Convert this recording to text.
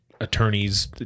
Attorneys